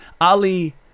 Ali